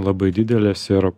labai didelės ir